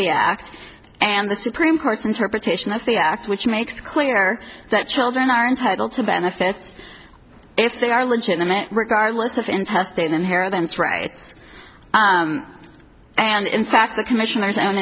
the act and the supreme court's interpretation of the act which makes it clear that children are entitled to benefits if they are legitimate regardless of intestate inheritance rights and in fact the commissioner's own